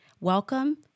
Welcome